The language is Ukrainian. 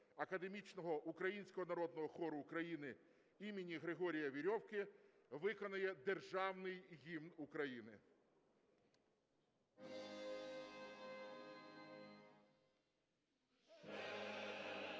академічного українського народного хору України імені Григорія Верьовки виконає Державний Гімн України.